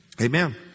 Amen